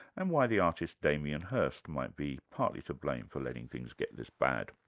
and why the artist damien hurst might be partly to blame for letting things get this bad.